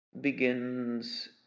...begins